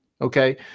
Okay